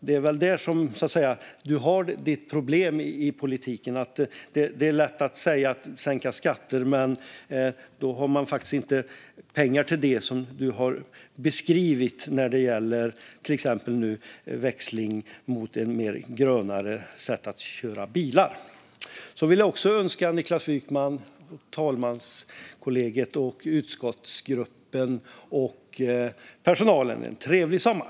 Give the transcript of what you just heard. Det är lätt att säga att skatterna ska sänkas, men då får man inte in pengar till bland annat omställning till ett grönare sätt att köra bil. Jag önskar Niklas Wykman, talmanspresidiet, utskottsgruppen och personalen en trevlig sommar.